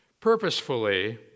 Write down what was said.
purposefully